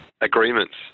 Agreements